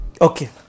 Okay